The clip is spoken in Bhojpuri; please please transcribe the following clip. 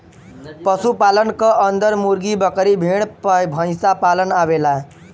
पशु पालन क अन्दर मुर्गी, बकरी, भेड़, भईसपालन आवेला